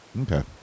Okay